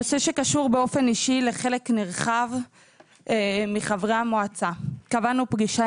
נושא שקשור באופן אישי לחלק נרחב מחברי המועצה קבענו פגישה